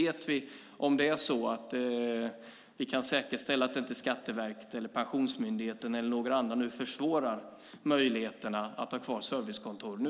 Vet vi om vi kan säkerställa att Skatteverket, Pensionsmyndigheten eller några andra inte kommer att försvåra möjligheten att ha kvar servicekontoren?